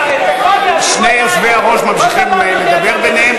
שני היושבים ראש ממשיכים לדבר ביניהם.